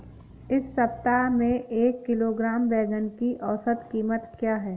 इस सप्ताह में एक किलोग्राम बैंगन की औसत क़ीमत क्या है?